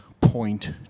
point